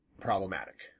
problematic